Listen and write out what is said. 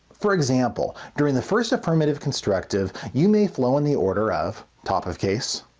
for example, during the first affirmative constructive you may flow in the order of top of case,